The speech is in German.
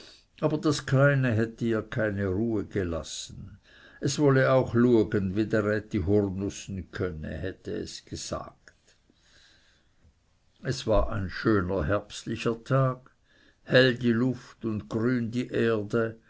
aber das kleine hätte ihr keine ruhe gelassen es wolle auch luegen wie dr ätti hurnußen könne hätte es gesagt es war ein schöner herbstlicher tag hell die luft und grün die erde